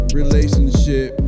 relationship